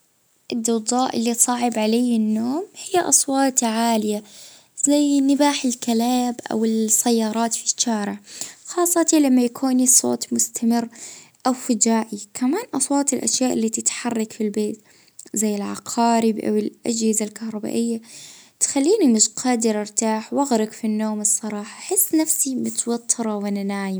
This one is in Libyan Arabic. اه الصوت العالي بتاع نبح الكلاب وبكى الصغار اه زعجني هلبا اه حتى الصوت العالي بتاع عقارب الساعة في الليل لما يبدأ هدوء اه يجلجني.